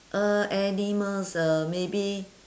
uh animals uh maybe